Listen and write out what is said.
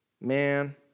Man